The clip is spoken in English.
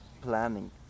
planning